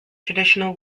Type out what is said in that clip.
traditional